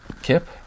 Kip